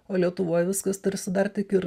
o lietuvoj viskas tarsi dar tik ir